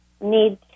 need